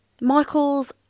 Michael's